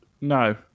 No